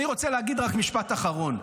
אני רוצה להגיד רק משפט אחרון: